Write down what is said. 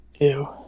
Ew